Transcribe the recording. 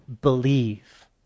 believe